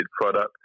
product